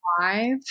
five